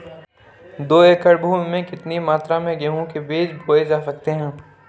दो एकड़ भूमि में कितनी मात्रा में गेहूँ के बीज बोये जा सकते हैं?